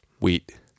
Wheat